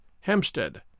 Hampstead